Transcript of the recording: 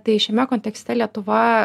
tai šiame kontekste lietuva